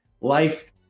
life